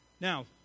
Now